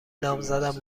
نامزدم